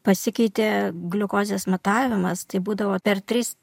pasikeitė gliukozės matavimas tai būdavo per tris